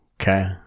Okay